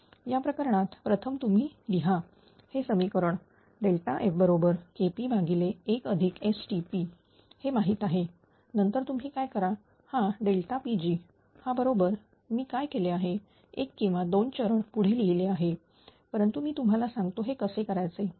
या प्रकरणात प्रथम तुम्ही लिहा हे समीकरण F बरोबर KP1 STP हे माहिती आहे नंतर तुम्ही काय करा हा Pg हा बरोबर मी काय केले आहे एक किंवा दोन चरण पुढे लिहिले आहे परंतु मी तुम्हाला सांगतो हे कसे करायचे